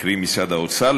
קרי משרד האוצר,